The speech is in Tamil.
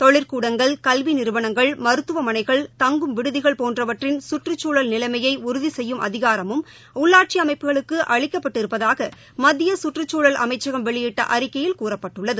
தொழிற்கூடங்கள் கல்விநிறுவனங்கள் மருத்துவமனைகள் தங்கும் விடுதிகள் போன்றவற்றின் சுற்றுச்சூழல் நிலைமைஉறுதிசெய்யும் அதிகாரமும் உள்ளாட்சிஅமைப்புகளுக்குஅளிக்கப்பட்டிருப்பதாகமத்தியசுற்றுச்சூழல் அமைச்சகம் வெளியிட்டஅறிவிக்கையில் கூறப்பட்டுள்ளது